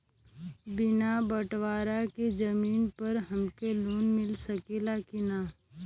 बिना बटवारा के जमीन पर हमके लोन मिल सकेला की ना?